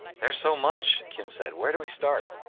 there's so much. kim said, where do we start?